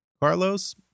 Carlos